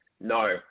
No